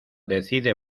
decide